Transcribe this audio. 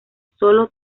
sólo